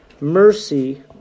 mercy